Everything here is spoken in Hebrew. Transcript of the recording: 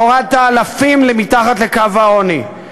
הורדת אלפים אל מתחת לקו העוני.